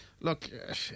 look